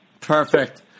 Perfect